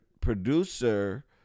producer